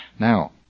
Now